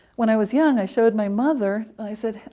when i was young, i showed my mother. i said,